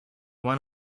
want